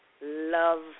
love